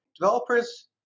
Developers